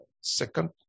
Second